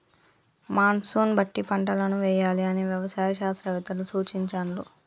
monsoon బట్టి పంటలను వేయాలి అని వ్యవసాయ శాస్త్రవేత్తలు సూచించాండ్లు